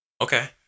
Okay